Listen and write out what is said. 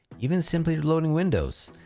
even simply reloading windows,